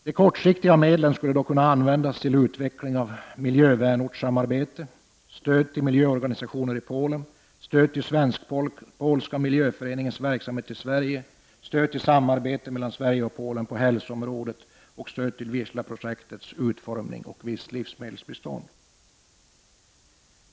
De kortsiktiga medlen skulle då kunna användas till utveckling av miljövänortssamarbete, stöd till miljöorganisationer i Polen, stöd till Svensk-polska miljöföreningens verksamhet i Sverige, stöd till samarbete mellan Sverige och Polen på hälsoområdet och stöd till Wistaprojektets utformning samt visst livsmedelsbistånd.